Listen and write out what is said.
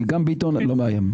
אני גם ביטון, לא מאיים.